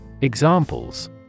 Examples